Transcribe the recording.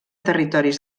territoris